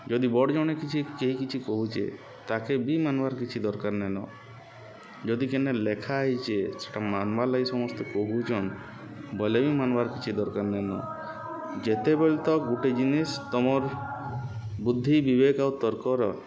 ଯଦି ବଡ଼୍ ଜଣେ କିଛି କେହି କିଛି କହୁଚେ ତାକେ ବି ମାନ୍ବାର୍ କିଛି ଦର୍କାର୍ ନେଇଁନ ଯଦି କେନେ ଲେଖା ହେଇଚେ ସେଟା ମାନ୍ବାର୍ ଲାଗି ସମସ୍ତେ କହୁଚନ୍ ବୋଲେ ବି ମାନ୍ବାର୍ କିଛି ଦର୍କାର୍ ନେଁନ ଯେତେବେଲ୍ ତକ୍ ଗୁଟେ ଜିନିଷ୍ ତମର୍ ବୁଦ୍ଧି ବିବେକ୍ ଆଉ ତର୍କର